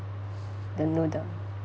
the noodle